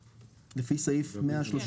סיימת?